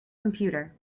computer